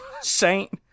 Saint